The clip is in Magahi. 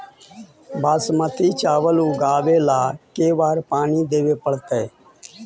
बासमती चावल उगावेला के बार पानी देवे पड़तै?